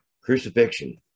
Crucifixion